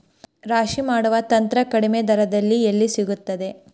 ರಾಶಿ ಮಾಡುವ ಯಂತ್ರ ಕಡಿಮೆ ದರದಲ್ಲಿ ಎಲ್ಲಿ ಸಿಗುತ್ತದೆ?